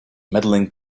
medaling